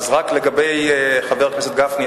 אז רק לגבי חבר הכנסת גפני,